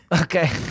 Okay